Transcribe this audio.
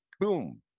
boom